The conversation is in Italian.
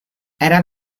era